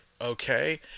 okay